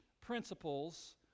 principles